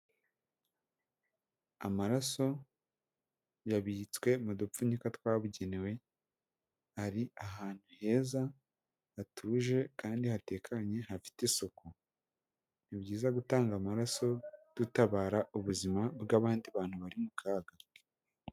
Amaraso yabitswe mu dupfunyika twabugenewe, ari ahantu heza hatuje kandi hatekanye hafite isuku, ni byiza gutanga amaraso dutabara ubuzima bw'abandi bantu bari mu kaga.